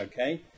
okay